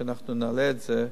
שאנחנו נעלה את זה,